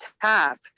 tap